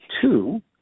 Two